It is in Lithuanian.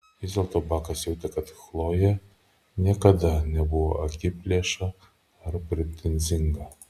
vis dėlto bakas jautė kad chlojė niekada nebuvo akiplėša ar pretenzinga